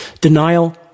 Denial